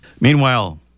Meanwhile